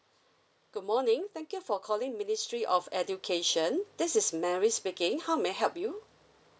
good morning thank you for calling ministry of education this is mary speaking how may I help you